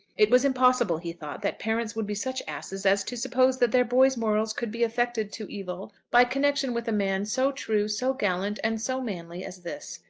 it was impossible, he thought, that parents would be such asses as to suppose that their boys' morals could be affected to evil by connection with a man so true, so gallant, and so manly as this.